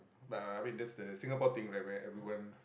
but I mean that's the Singapore thing right where everyone